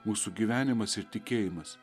mūsų gyvenimas ir tikėjimas